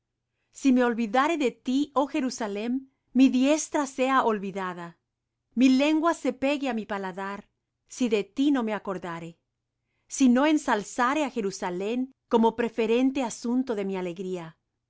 si me olvidare de ti oh jerusalem mi diestra sea olvidada mi lengua se pegue á mi paladar si de ti no me acordare si no ensalzare á jerusalem como preferente asunto de mi alegría